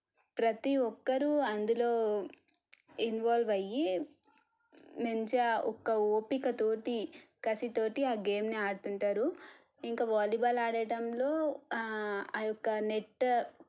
ప్రతీ ఒక్కరూ అందులో ఇన్వాల్వ్ అయ్యి మంచిగా ఒక ఓపికతోటి కసితోటి ఆ గేమ్ని ఆడుతుంటారు ఇంకా వాలీబాల్ ఆడటంలో ఆ యొక్క నెట్